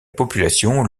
population